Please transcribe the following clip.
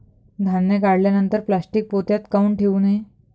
धान्य काढल्यानंतर प्लॅस्टीक पोत्यात काऊन ठेवू नये?